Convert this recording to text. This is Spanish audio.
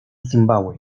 zimbabue